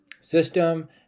system